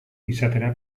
izatera